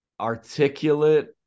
articulate